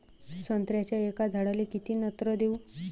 संत्र्याच्या एका झाडाले किती नत्र देऊ?